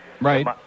Right